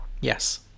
Yes